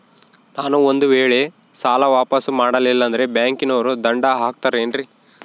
ನಾನು ಒಂದು ವೇಳೆ ಸಾಲ ವಾಪಾಸ್ಸು ಮಾಡಲಿಲ್ಲಂದ್ರೆ ಬ್ಯಾಂಕನೋರು ದಂಡ ಹಾಕತ್ತಾರೇನ್ರಿ?